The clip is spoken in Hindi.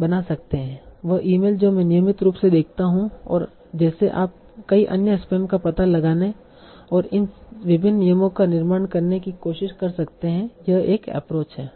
बना सकते हैं वह ईमेल जो मैं नियमित रूप से देखता हूं और जैसे आप कई अन्य स्पैम का पता लगाने और इन विभिन्न नियमों का निर्माण करने की कोशिश कर सकते हैं यह एक एप्रोच है